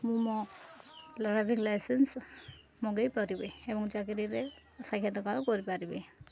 ମୁଁ ମୋ driving licence ମଗେଇ ପାରିବି ଏବଂ ଚାକିରିରେ ସାକ୍ଷତାକାର କରିପାରିବି